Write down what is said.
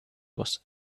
was